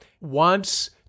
wants